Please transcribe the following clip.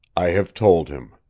i have told him,